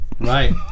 Right